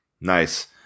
Nice